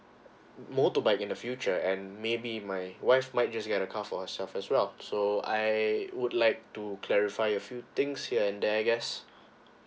motorbike in the future and maybe my wife might just get a car for herself as well so I would like to clarify a few things here and there I guess